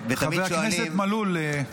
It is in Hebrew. חבר הכנסת מלול,